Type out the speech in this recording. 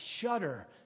shudder